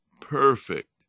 perfect